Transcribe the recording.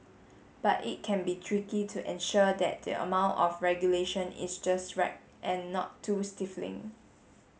but it can be tricky to ensure that the amount of regulation is just right and not too stifling